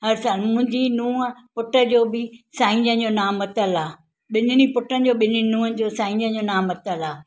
हर साल मुंहिंजी नुंहुं पुट जो बि साईंजन जो नाम वरितलु आहे ॿिन्हिनि ई पुटनि जो ॿिन्हिनि नुंहनि जो साईंजन जो नाम वरितलु आहे